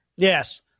Yes